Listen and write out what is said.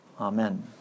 Amen